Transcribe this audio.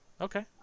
Okay